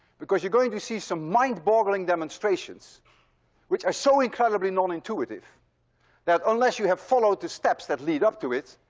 because you're going to see some mind-boggling demonstrations which are so incredibly nonintuitive that unless you have followed the steps that lead up to it,